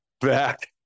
back